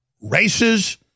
races